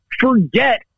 Forget